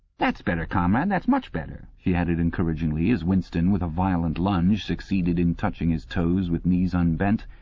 that's better, comrade, that's much better she added encouragingly as winston, with a violent lunge, succeeded in touching his toes with knees unbent,